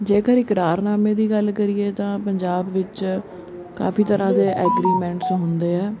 ਜੇਕਰ ਇਕਰਾਰਨਾਮੇ ਦੀ ਗੱਲ ਕਰੀਏ ਤਾਂ ਪੰਜਾਬ ਵਿੱਚ ਕਾਫੀ ਤਰ੍ਹਾਂ ਦੇ ਐਗਰੀਮੈਂਟਸ ਹੁੰਦੇ ਐ